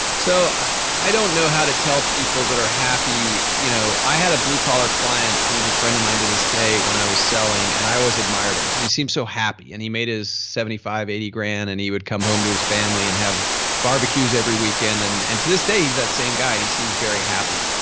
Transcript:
so i don't know how to tell people that are happy, you know, i had a blue collar client who's a friend of mine to this day when i was selling and i always admired him because he seemed so happy and he made his seventy five, eighty grand and he would come home to his family and have barbecues every weekend. to this day he's that same guy and he seems very happy.